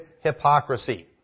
hypocrisy